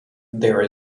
there